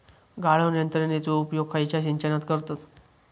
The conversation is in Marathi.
गाळण यंत्रनेचो उपयोग खयच्या सिंचनात करतत?